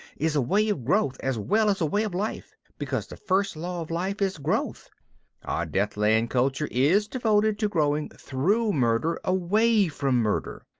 is a way of growth as well as a way of life, because the first law of life is growth. our deathland culture is devoted to growing through murder away from murder.